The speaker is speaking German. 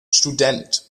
student